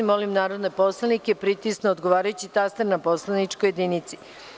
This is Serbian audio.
Molim narodne poslanike da pritisnu odgovarajući taster na poslaničkoj jedinici.